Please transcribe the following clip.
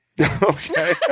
Okay